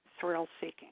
thrill-seeking